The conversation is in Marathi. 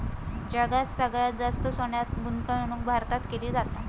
जगात सगळ्यात जास्त सोन्यात गुंतवणूक भारतात केली जाता